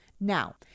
Now